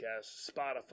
Spotify